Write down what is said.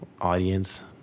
audience